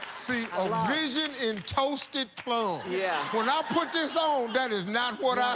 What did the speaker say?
see, a vision in toasted plum. yeah. when i put this on, that is not what ah